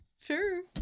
Sure